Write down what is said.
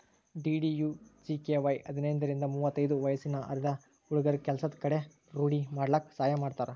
DDUGKY ಹದಿನೈದರಿಂದ ಮುವತ್ತೈದು ವಯ್ಸಿನ ಅರೆದ ಹುಡ್ಗುರ ಕೆಲ್ಸದ್ ಕಲೆ ರೂಡಿ ಮಾಡ್ಕಲಕ್ ಸಹಾಯ ಮಾಡ್ತಾರ